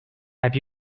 have